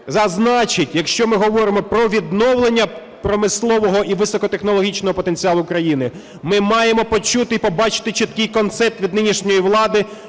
Зазначить, якщо ми говоримо про відновлення промислового і високотехнологічного потенціалу країни, ми маємо почути і побачити чіткий концепт від нинішньої влади